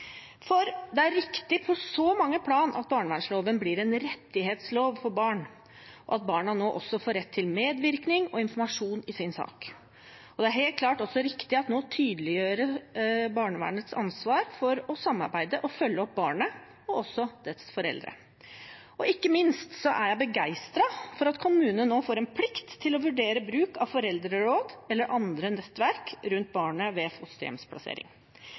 foreslår. Det er riktig på så mange plan at barnevernsloven blir en rettighetslov for barn, og at barna nå også får rett til medvirkning og informasjon om sin sak. Og det er helt klart riktig å tydeliggjøre barnevernets ansvar for å samarbeide og følge opp barnet og dets foreldre. Ikke minst er jeg begeistret for at kommunene nå får en plikt til å vurdere bruk av foreldreråd eller andre nettverk rundt barnet ved fosterhjemsplassering.